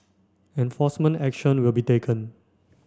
enforcement action will be taken